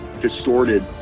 distorted